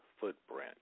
Footprint